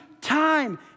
time